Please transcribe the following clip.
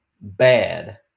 bad